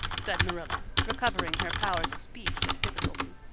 said marilla, recovering her powers of speech with difficulty.